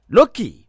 Loki